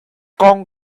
kong